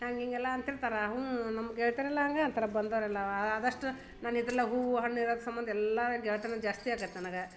ಹಂಗೆ ಹೀಗೆಲ್ಲ ಅಂತಿರ್ತಾರೆ ಹ್ಞೂ ನಮ್ಮ ಗೆಳ್ತಿರೆಲ್ಲ ಹಾಗೆ ಅಂತಾರೆ ಬಂದೋರೆಲ್ಲ ಆದಷ್ಟು ನಾನು ಇದ್ರಲ್ಲಿ ಹೂ ಹಣ್ಣು ಇರೋದು ಸಂಬಂಧ ಎಲ್ಲ ಗೆಳೆತನ ಜಾಸ್ತಿ ಆಗ್ಯೈತೆ ನನಗೆ